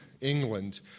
England